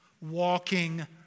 walking